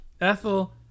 Ethel